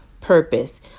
Purpose